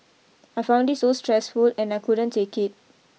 I found it so stressful and I couldn't take it